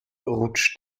rutscht